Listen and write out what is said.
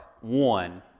one